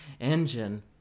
engine